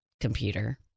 computer